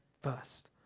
first